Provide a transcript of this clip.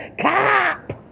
cop